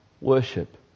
worship